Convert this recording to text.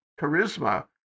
charisma